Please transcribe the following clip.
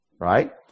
right